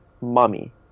mummy